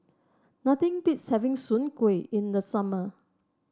nothing beats having Soon Kway in the summer